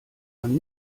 man